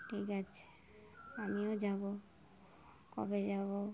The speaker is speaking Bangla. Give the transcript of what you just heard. ঠিক আছে আমিও যাব কবে যাব